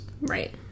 Right